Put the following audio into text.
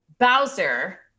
Bowser